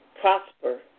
prosper